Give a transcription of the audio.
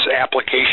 application